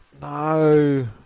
No